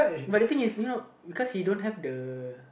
but the thing is you know cause he don't have the